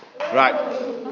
Right